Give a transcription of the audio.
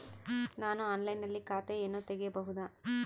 ನಾನು ಆನ್ಲೈನಿನಲ್ಲಿ ಖಾತೆಯನ್ನ ತೆಗೆಯಬಹುದಾ?